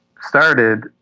started